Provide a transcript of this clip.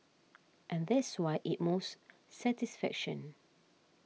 and that's why it moves satisfaction